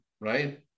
right